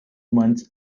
months